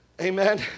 Amen